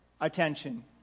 attention